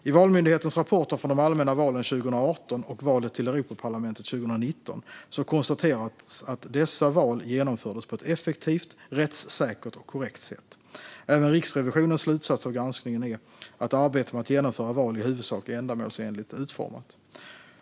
I Valmyndighetens rapporter från de allmänna valen 2018 och valet till Europaparlamentet 2019 konstateras att dessa val genomfördes på ett effektivt, rättssäkert och korrekt sätt. Även Riksrevisionens slutsats av granskningen är att arbetet med att genomföra val i huvudsak är ändamålsenligt utformat.